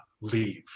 leave